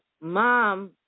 mom